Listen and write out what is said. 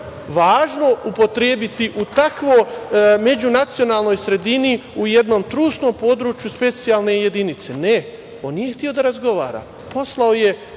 važno upotrebiti u takvoj međunacionalnoj sredini, u jednom trusnom području, specijalne jedinice. Ne. On nije hteo da razgovara. Poslao je